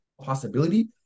possibility